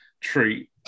treat